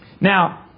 Now